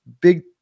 big